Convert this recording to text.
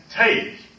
take